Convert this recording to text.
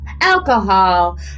Alcohol